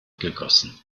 gegossen